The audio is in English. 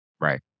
Right